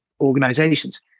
organizations